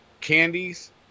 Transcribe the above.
candies